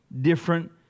different